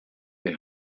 est